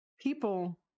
people